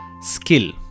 skill